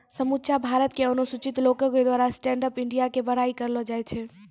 समुच्चा भारत के अनुसूचित लोको के द्वारा स्टैंड अप इंडिया के बड़ाई करलो जाय छै